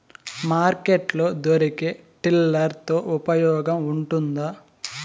Market లో దొరికే tiller తో ఉపయోగం ఉంటుందా?